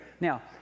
Now